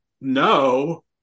no